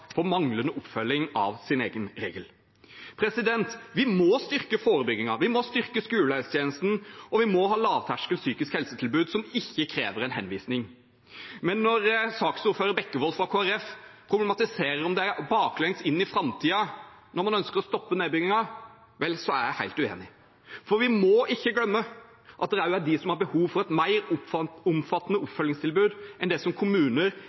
på manglende oppfølging av sin egen regel. Vi må styrke forebyggingen, vi må styrke skolehelsetjenesten, og vi må ha lavterskel psykisk helsetilbud som ikke krever en henvisning. Men når saksordfører Bekkevold fra Kristelig Folkeparti problematiserer om det er å gå baklengs inn i framtiden når man ønsker å stoppe nedbyggingen, er jeg helt uenig. For vi må ikke glemme at det også er de som har behov for et mer omfattende oppfølgingstilbud enn det kommuner